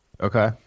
Okay